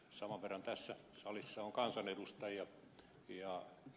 saman verran tässä salissa on kansanedustajia